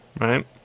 right